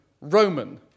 Roman